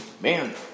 Man